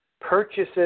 purchases